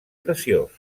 preciós